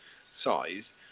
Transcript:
size